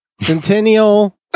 Centennial